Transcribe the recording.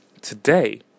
Today